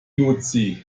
luzi